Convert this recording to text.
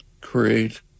create